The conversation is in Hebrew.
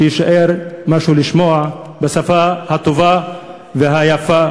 שיישאר משהו לשמוע בשפה הטובה והיפה,